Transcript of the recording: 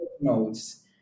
notes